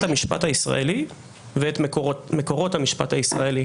המשפט הישראלי ואת מקורות המשפט הישראלי,